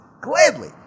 gladly